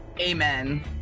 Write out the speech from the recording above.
Amen